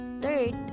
Third